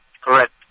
correct